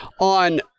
on